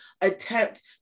attempt